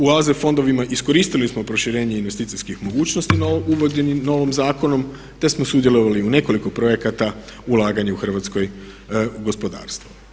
U AZ fondovima iskoristili smo proširenje investicijskih mogućnosti uvođenjem novim zakonom te smo sudjelovali u nekoliko projekata ulaganje u Hrvatsko gospodarstvo.